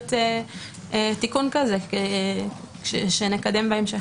במסגרת תיקון כזה שנקדם בהמשך.